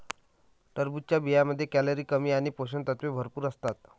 टरबूजच्या बियांमध्ये कॅलरी कमी आणि पोषक तत्वे भरपूर असतात